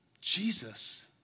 Jesus